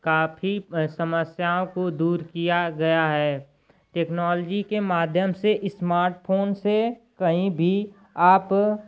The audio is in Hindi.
काफी समस्याओं को दूर किया गया है टेक्नॉलजी के माध्यम से स्मार्ट फोन से कहीं भी आप